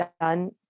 done